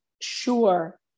sure